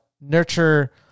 nurture